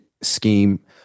scheme